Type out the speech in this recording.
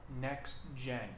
next-gen